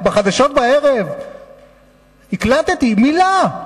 בחדשות בערב הקלטתי, מלה.